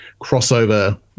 crossover